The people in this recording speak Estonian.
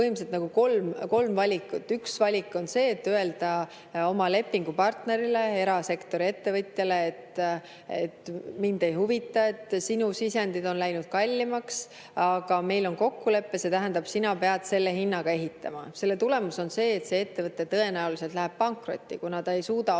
põhimõtteliselt kolm valikut. Üks valik on see, et öelda oma lepingupartnerile, erasektori ettevõtjale, et mind ei huvita, et sinu sisendid on läinud kallimaks, meil on kokkulepe, see tähendab, et sina pead selle hinnaga ehitama. Selle tulemus on see, et see ettevõte läheb tõenäoliselt pankrotti, kuna ta ei suuda oma